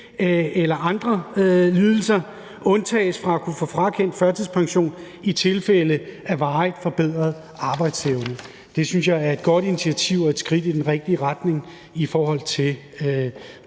eller andre lidelser, undtages fra at kunne få frakendt førtidspension i tilfælde af varigt forbedret arbejdsevne. Det synes jeg er et godt initiativ og et skridt i den rigtige retning i forhold til